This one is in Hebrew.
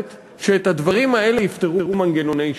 שאת הדברים האלה יפתרו מנגנוני שוק,